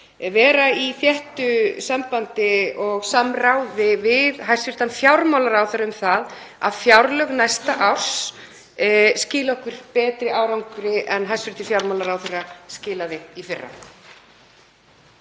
vera í þéttu sambandi og samráði við hæstv. fjármálaráðherra um að fjárlög næsta árs skili okkur betri árangri en hæstv. fjármálaráðherra skilaði í fyrra.